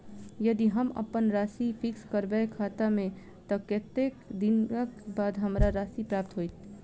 यदि हम अप्पन राशि फिक्स करबै खाता मे तऽ कत्तेक दिनक बाद हमरा राशि प्राप्त होइत?